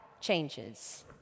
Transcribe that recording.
changes